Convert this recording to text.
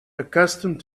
accustomed